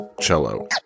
cello